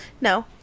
No